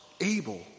able